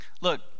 Look